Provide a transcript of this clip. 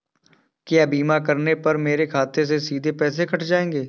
क्या बीमा करने पर मेरे खाते से सीधे पैसे कट जाएंगे?